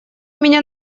меня